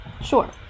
Sure